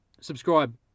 subscribe